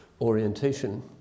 orientation